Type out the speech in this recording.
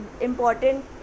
important